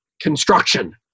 construction